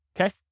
okay